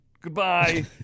Goodbye